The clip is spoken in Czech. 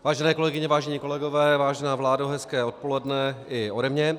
Vážené kolegyně, vážení kolegové, vážená vládo, hezké odpoledne i ode mě.